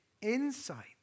insight